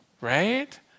Right